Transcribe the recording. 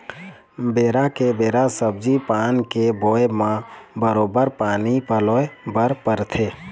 बेरा के बेरा सब्जी पान के बोए म बरोबर पानी पलोय बर परथे